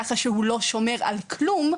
ככה שהוא לא שומר על כלום,